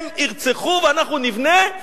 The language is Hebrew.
הם ירצחו ואנחנו נבנה?